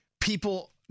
People